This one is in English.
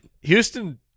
Houston